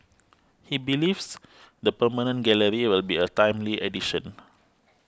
he believes the permanent gallery will be a timely addition